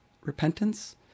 repentance